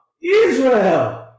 Israel